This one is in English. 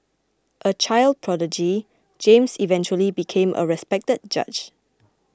a child prodigy James eventually became a respected judge